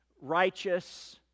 righteous